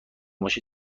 باشه